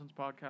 Podcast